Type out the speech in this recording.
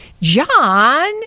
John